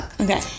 okay